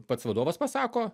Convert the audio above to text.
pats vadovas pasako